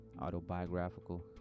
autobiographical